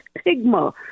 stigma